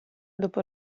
dopo